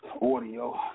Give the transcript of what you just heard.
audio